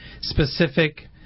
specific